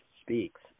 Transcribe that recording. Speaks